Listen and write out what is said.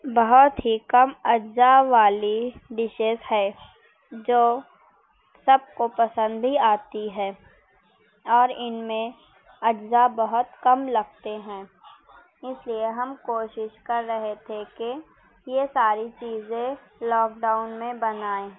بہت ہی کم اجزا والی ڈشز ہے جو سب کو پسند ہی آتی ہے اور ان میں اجزا بہت کم لگتے ہیں اس لیے ہم کوشش کررہے تھے کہ یہ ساری چیزیں لاک ڈاؤن میں بنائیں